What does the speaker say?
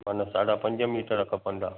माना साढ़ा पंज मीटर खपंदा